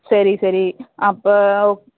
சரி சரி அப்போ ஓகே